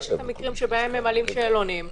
יש מקרים שבהם ממלאים שאלונים.